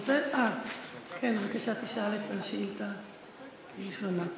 בבקשה, תשאל את השאילתה הראשונה.